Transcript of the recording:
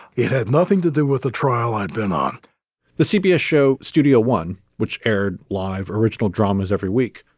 it had nothing to do with the trial. i'd been on the cbs show studio one, which aired live original dramas every week,